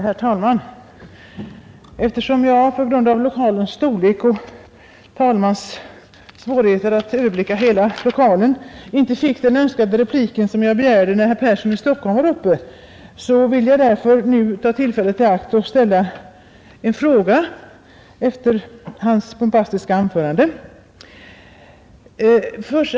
Herr talman! Eftersom jag på grund av lokalens storlek och talmannens svårigheter att helt överblicka den inte fick den önskade replik som jag begärde när herr Yngve Persson i Stockholm var uppe i talarstolen, vill jag nu ta tillfället i akt och ställa en fråga till honom efter hans bombastiska anförande.